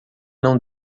não